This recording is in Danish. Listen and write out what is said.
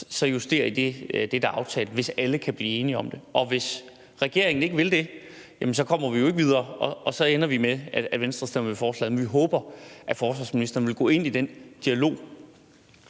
så justere i det, der er aftalt, hvis alle kan blive enige om det. Og hvis regeringen ikke vil det, kommer vi jo ikke videre, og så ender vi med, at Venstre stemmer imod forslaget. Men vi håber, at forsvarsministeren vil gå ind i den dialog.